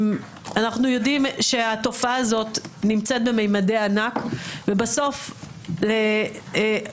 אם אנחנו יודעים שהתופעה הזאת נמצאת בממדי ענק ובסוף מה